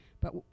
but